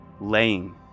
laying